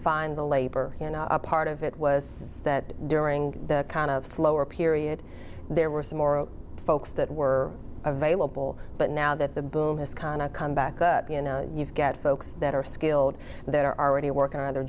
find the labor part of it was that during the kind of slower period there were some more folks that were available but now that the boom has qana come back that you know you've got folks that are skilled that are already working on their